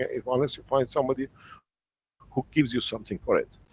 ah unless you find somebody who gives you something for it.